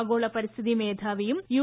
ആഗോള പരിസ്ഥിതി മേധാവിയും യു